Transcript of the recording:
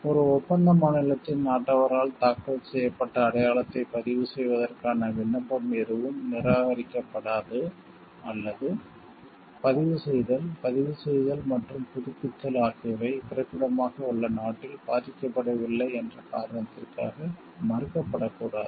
ஒரு ஒப்பந்த மாநிலத்தின் நாட்டவரால் தாக்கல் செய்யப்பட்ட அடையாளத்தைப் பதிவு செய்வதற்கான விண்ணப்பம் எதுவும் நிராகரிக்கப்படாது அல்லது பதிவு செய்தல் பதிவு செய்தல் மற்றும் புதுப்பித்தல் ஆகியவை பிறப்பிடமாக உள்ள நாட்டில் பாதிக்கப்படவில்லை என்ற காரணத்திற்காக மறுக்கப்படக்கூடாது